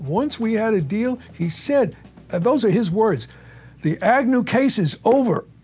once we had a deal, he said those are his words the agnew case is over,